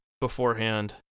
beforehand